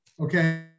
Okay